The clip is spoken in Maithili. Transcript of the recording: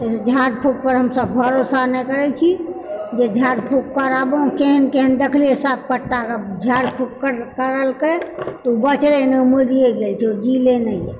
तऽ झाड़ फूक पर हमसभ भरोसा नहि करैत छी जे झाड़ फूक कराबौ केहन केहन देखलिऐ साँपकट्टा कऽ झाड़ फूक कर करलकै तऽ बचलै नहि ओ मरिए गेल छै जीलए नहि